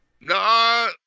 No